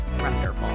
wonderful